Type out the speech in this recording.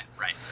right